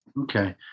okay